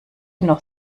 noch